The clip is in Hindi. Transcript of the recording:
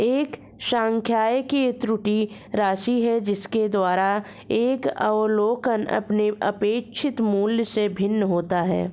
एक सांख्यिकी त्रुटि राशि है जिसके द्वारा एक अवलोकन अपने अपेक्षित मूल्य से भिन्न होता है